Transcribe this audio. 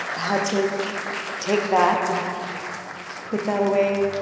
had to take that and put that away